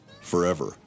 forever